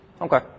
Okay